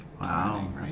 wow